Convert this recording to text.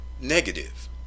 negative